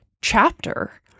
chapter